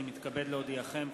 אני מתכבד להודיעכם,